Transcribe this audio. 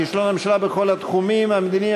כישלון הממשלה בכל התחומים: המדיני,